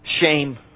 shame